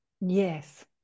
yes